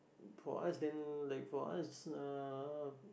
for us then like for us uh